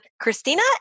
Christina